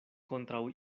kontraŭ